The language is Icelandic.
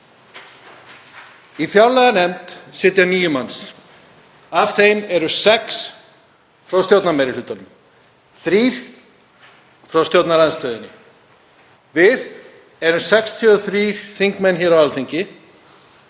Í fjárlaganefnd sitja níu manns. Af þeim eru sex frá stjórnarmeirihlutanum, þrír frá stjórnarandstöðunni. Við erum 63 þingmenn á Alþingi.